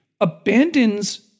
abandons